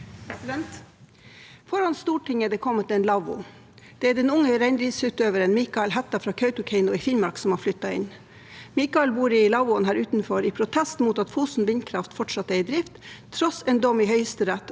Foran Stortinget er det kommet en lavvo. Det er den unge reindriftsutøveren Mihkkal Hætta fra Kautokeino i Finnmark som har flyttet inn. Mihkkal bor i lavvoen utenfor her i protest mot at vindkraftanlegget på Fosen fortsatt er i drift tross en dom i Høyesterett,